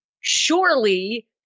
surely